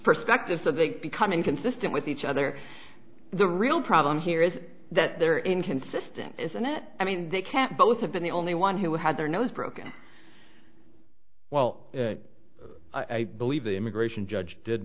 perspective so they become inconsistent with each other the real problem here is that they're inconsistent isn't it i mean they can't both have been the only one who had their nose broken well i believe the immigration judge did